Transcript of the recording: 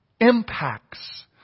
impacts